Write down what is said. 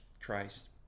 Christ